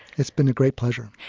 it's been a great pleasure.